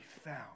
found